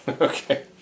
Okay